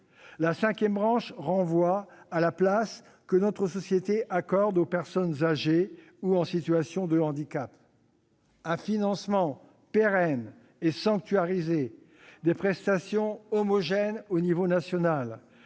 Cette branche renvoie à la place que notre société accorde aux personnes âgées ou en situation de handicap. Un financement pérenne et sanctuarisé, des prestations homogènes à l'échelle nationale,